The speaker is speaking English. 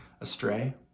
astray